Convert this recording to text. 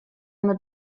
mit